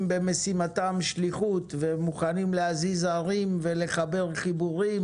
במשימתם שליחות ומוכנים להזיז הרים ולחבר חיבורים